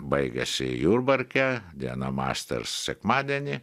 baigiasi jurbarke diana master sekmadienį